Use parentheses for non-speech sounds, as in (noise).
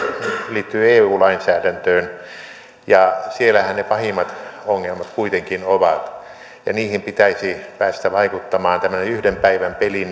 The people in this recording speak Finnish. liittyy eu lainsäädäntöön ja siellähän ne pahimmat ongelmat kuitenkin ovat ja niihin pitäisi päästä vaikuttamaan tämmöinen yhden päivän peli (unintelligible)